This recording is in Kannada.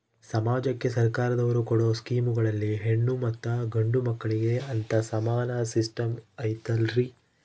ಸಮಾಜಕ್ಕೆ ಸರ್ಕಾರದವರು ಕೊಡೊ ಸ್ಕೇಮುಗಳಲ್ಲಿ ಹೆಣ್ಣು ಮತ್ತಾ ಗಂಡು ಮಕ್ಕಳಿಗೆ ಅಂತಾ ಸಮಾನ ಸಿಸ್ಟಮ್ ಐತಲ್ರಿ?